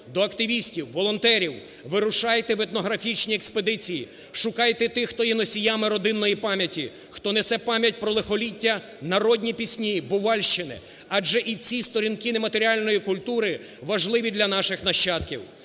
до активістів, волонтерів, вирушайте в етнографічні експедиції, шукайте тих, хто є носіями родинної пам'яті, хто несе пам'ять про лихоліття, народні пісні і бувальщини, адже і ці сторінки нематеріальної культури важливі для наших нащадків.